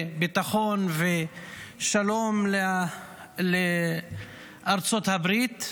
ביטחון ושלום לארצות הברית,